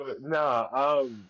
No